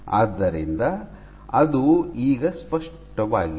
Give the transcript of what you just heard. ಆದ್ದರಿಂದ ಅದು ಈಗ ಸ್ಪಷ್ಟವಾಗಿದೆ